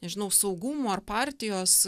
nežinau saugumo ar partijos